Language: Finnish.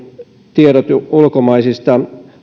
tiedot ulkomaisista